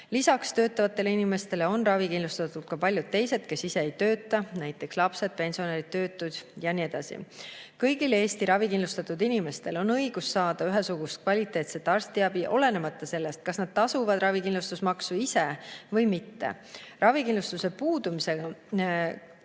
Lisaks töötavatele inimestele on ravikindlustatud ka paljud teised, kes ise ei tööta, näiteks lapsed, pensionärid, töötud ja nii edasi. Kõigil Eesti ravikindlustatud inimestel on õigus saada ühesugust kvaliteetset arstiabi, olenemata sellest, kas nad ise tasuvad ravikindlustusmakset või mitte. Ravikindlustuse puudumise